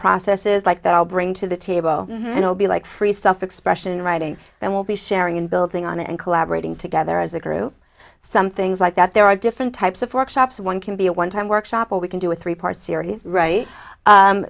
processes like that i'll bring to the table and i'll be like free stuff expression writing and we'll be sharing and building on it and collaborating together as a group some things like that there are different types of workshops one can be a one time workshop where we can do a three part series right